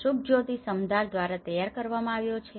શુભજ્યોતિ સમદ્દાર દ્વારા તૈયાર કરવામાં આવ્યો છે